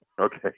Okay